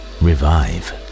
revive